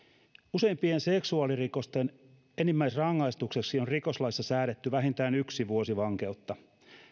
useimpien seksuaalirikosten enimmäisrangaistukseksi on rikoslaissa säädetty vähintään yksi vuosi vankeutta